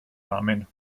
namen